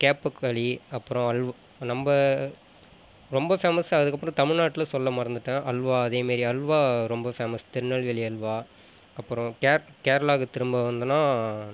கேப்பக்களி அப்புறம் அல்வ் நம்ம ரொம்ப ஃபேமஸ் அதுக்கப்புறம் தமிழ்நாட்டில் சொல்ல மறந்துட்டேன் அல்வா அதேமாரி அல்வா ரொம்ப ஃபேமஸ் திருநெல்வேலி அல்வா அப்புறம் கேர் கேரளாக்கு திரும்ப வந்தோம்னா